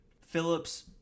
Phillips